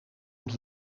een